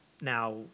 Now